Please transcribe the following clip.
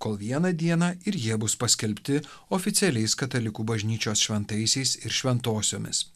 kol vieną dieną ir jie bus paskelbti oficialiais katalikų bažnyčios šventaisiais ir šventosiomis